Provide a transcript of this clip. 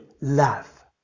love